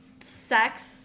sex